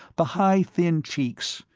the high thin cheeks,